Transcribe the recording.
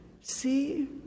See